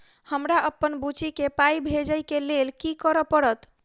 हमरा अप्पन बुची केँ पाई भेजइ केँ लेल की करऽ पड़त?